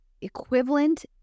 equivalent